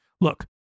Look